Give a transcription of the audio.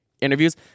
interviews